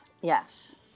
Yes